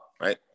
Right